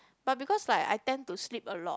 but because like I tend to sleep a lot